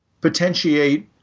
potentiate